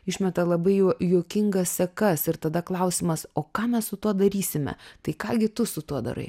išmeta labai jau juokingas sekas ir tada klausimas o ką mes su tuo darysime tai ką gi tu su tuo darai